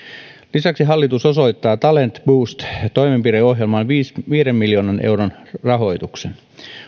lisäksi hallitus osoittaa talent boost toimenpideohjelmaan viiden viiden miljoonan euron rahoituksen